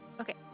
Okay